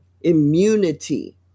immunity